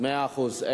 מאה אחוז.